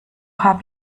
habe